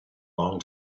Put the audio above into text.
long